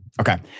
okay